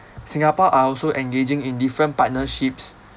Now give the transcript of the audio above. singapore are also engaging in different partnerships